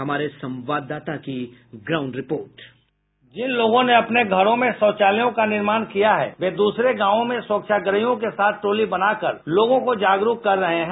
हमारे संवाददाता की ग्राउंड रिपोर्ट संवाददाता रिपोर्ट जिन लोगों ने अपने घरों में शौचालयों का निर्माण किया है वे दूसरे गाँवो में स्वच्छाग्रहियों के साथ टोली बनाकर लोगो को जागरुक कर रहे हैं